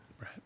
Right